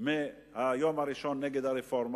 מהיום הראשון נגד הרפורמה?